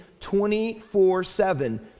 24-7